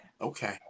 okay